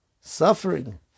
suffering